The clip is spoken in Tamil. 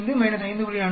875 5